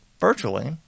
virtually